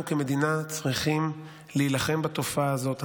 אנחנו כמדינה צריכים להילחם בתופעה הזאת,